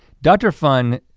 dr. fun